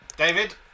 David